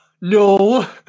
No